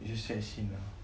it's a sad scene ah